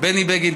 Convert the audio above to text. בני בגין,